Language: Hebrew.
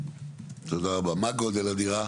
מה גודל הדירה?